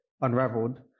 unraveled